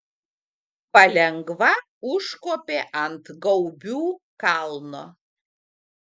palengva užkopė ant gaubių kalno